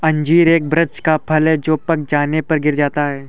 अंजीर एक वृक्ष का फल है जो पक जाने पर गिर जाता है